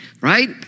right